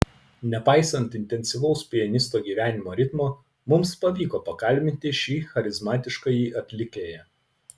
nepaisant intensyvaus pianisto gyvenimo ritmo mums pavyko pakalbinti šį charizmatiškąjį atlikėją